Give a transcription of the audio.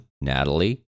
Natalie